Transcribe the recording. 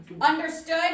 Understood